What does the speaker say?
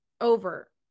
over